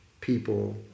people